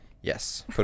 Yes